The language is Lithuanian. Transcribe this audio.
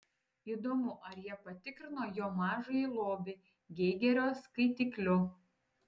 įdomu ar jie patikrino jo mažąjį lobį geigerio skaitikliu